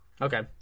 Okay